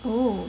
oh